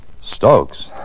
Stokes